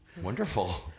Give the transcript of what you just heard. Wonderful